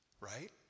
right